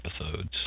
episodes